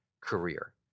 career